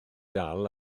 dal